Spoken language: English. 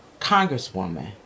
congresswoman